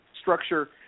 structure